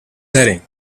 setting